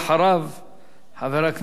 חבר הכנסת נסים זאב,